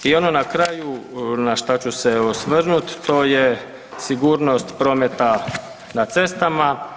I ono na kraju na šta ću se osvrnut to je sigurnost prometa na cestama.